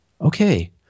Okay